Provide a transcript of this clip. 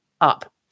up